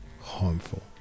harmful